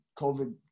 COVID